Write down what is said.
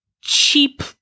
cheap